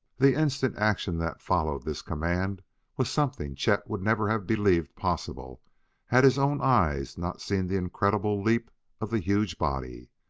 the instant action that followed this command was something chet would never have believed possible had his own eyes not seen the incredible leap of the huge body.